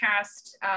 cast